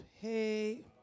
Hey